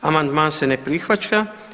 Amandman se ne prihvaća.